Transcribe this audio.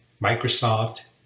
Microsoft